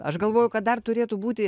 aš galvoju kad dar turėtų būti